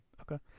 Okay